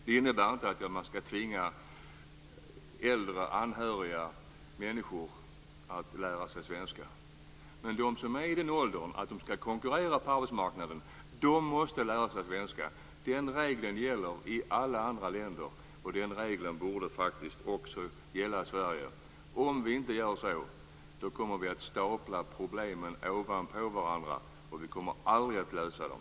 Det innebär inte att äldre, anhöriga människor skall tvingas att lära sig svenska, men de som är i den åldern att de skall konkurrera på arbetsmarknaden måste lära sig svenska. Den regeln gäller i alla andra länder, och den regeln borde faktiskt också gälla i Sverige. Om vi inte inför den regeln kommer vi att stapla problemen ovanpå varandra, och vi kommer aldrig att lösa dem.